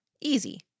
Easy